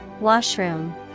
Washroom